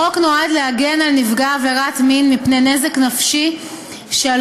החוק נועד להגן על נפגע עבירת מין מפני נזק נפשי שעלול